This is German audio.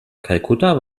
kalkutta